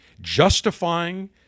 Justifying